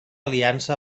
aliança